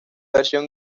versión